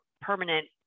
permanent